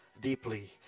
deeply